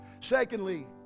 Secondly